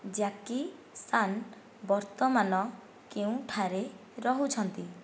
Jackie Chan ବର୍ତ୍ତମାନ କେଉଁଠାରେ ରହୁଛନ୍ତି